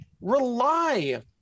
rely